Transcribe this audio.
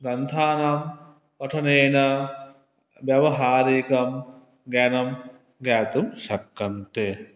ग्रन्थानां पठनेन व्यावहारिकं ज्ञानं ज्ञातुं शक्यते